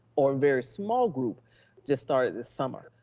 or very small group just started this summer.